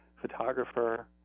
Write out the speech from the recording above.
photographer